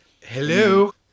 Hello